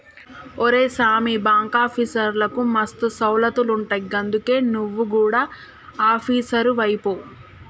ఒరే సామీ, బాంకాఫీసర్లకు మస్తు సౌలతులుంటయ్ గందుకే నువు గుడ ఆపీసరువైపో